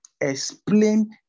explain